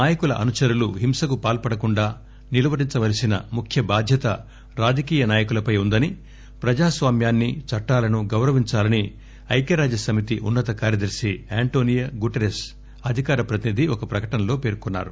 నాయకుల అనుచరులు హింసకు పాల్పడకుండా నిలువరించవలసిన ముఖ్య బాధ్యత రాజకీయ నాయకులపై ఉందనీ ప్రజాస్వామ్యాన్ని చట్టాలను గౌరవించాలని ఐక్యరాజ్యసమితి ఉన్న త కార్యదర్శి ఆంటోనియో గూటరెస్ అధికార ప్రతినిధి ఒక ప్రకటనలో పేర్కొన్నారు